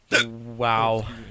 Wow